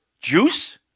Juice